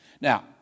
Now